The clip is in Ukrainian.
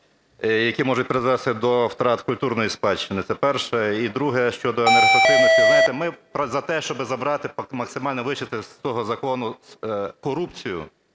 які можуть призвести до втрати культурної спадщини. Це перше. І друге – щодо енергоефективності. Знаєте, ми за те, щоб забрати, максимально вичленити з того закону корупцію